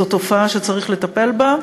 זו תופעה שצריך לטפל בה.